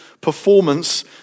performance